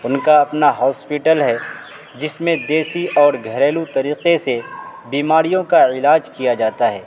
ان کا اپنا ہاسپیٹل ہے جس میں دیسی اور گھریلو طریقے سے بیماریوں کا علاج کیا جاتا ہے